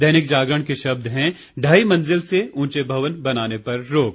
दैनिक जागरण के शब्द हैं ढाई मंजिल से ऊंचे भवन बनाने पर रोक